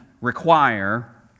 require